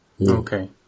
okay